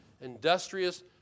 industrious